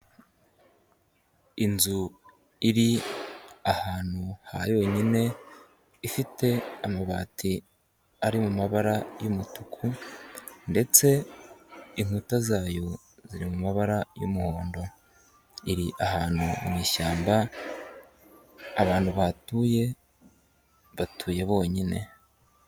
Inzu iri ahantu hayonyine ifite amabati ari mu mabara y'umutuku ndetse inkuta zayo ziri mu mabara y'umuhondo iri ahantu mu ishyamba, abantu bahatuye batuye bonyine.